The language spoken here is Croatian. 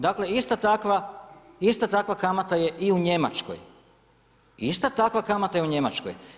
Dakle ista takva kamata je i u Njemačkoj, ista takva kamata je u Njemačkoj.